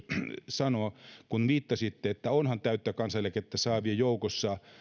sanoa kun viittasitte että onhan täyttä kansaneläkettä saavien joukossa